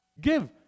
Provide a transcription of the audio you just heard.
Give